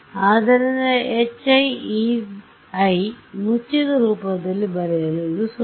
ಆದ್ದರಿಂದ Hi Ei ಮುಚ್ಚಿದ ರೂಪದಲ್ಲಿ ಬರೆಯಲು ಇದು ಸುಲಭ